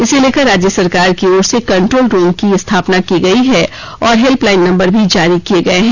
इसे लेकर राज्य सरकार की ओर से कंट्रोल रूम की स्थापना की गयी है और हेल्पलाइन नंबर भी जारी किये गये है